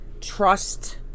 trust